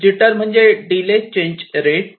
jitter म्हणजे delay change rate